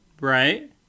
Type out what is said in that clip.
right